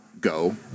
go